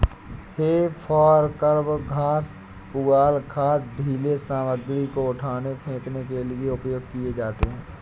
हे forks घास, पुआल, खाद, ढ़ीले सामग्री को उठाने, फेंकने के लिए उपयोग किए जाते हैं